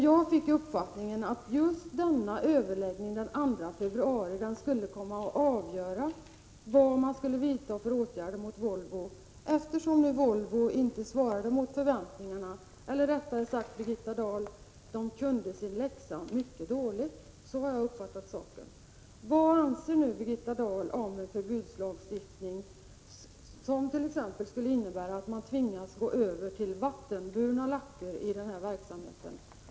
Jag fick uppfattningen att just denna överläggning den 2 februari skulle komma att avgöra vilka åtgärder som skulle vidtas gentemot Volvo, eftersom Volvo nu inte svarat mot förväntningarna, eller rättare sagt kunde sin läxa mycket dåligt — så har jag uppfattat saken. Vad anser nu Birgitta Dahl om en förbudslagstiftning, som t.ex. skulle innebära att man tvingas gå över till vattenburna lacker i den aktuella verksamheten?